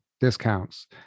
discounts